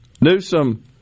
Newsom